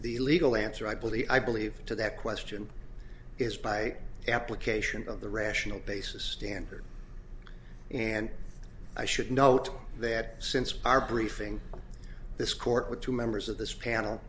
the legal answer i believe i believe to that question is by application of the rational basis standard and i should note that since our briefing this court with two members of this panel